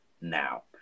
now